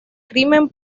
crimen